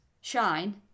shine